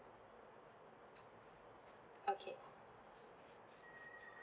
okay